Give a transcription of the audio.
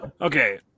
Okay